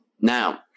Now